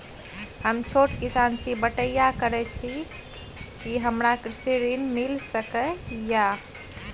हम छोट किसान छी, बटईया करे छी कि हमरा कृषि ऋण मिल सके या?